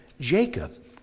Jacob